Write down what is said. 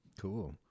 cool